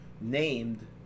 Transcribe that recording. named